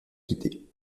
quitter